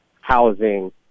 housing